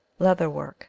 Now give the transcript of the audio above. Leatherwork